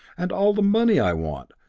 and all the money i want.